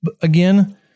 again